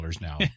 now